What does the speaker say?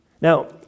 Now